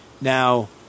Now